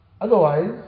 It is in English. Otherwise